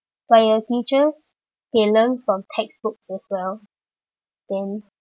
for your teachers they learn from textbooks as well then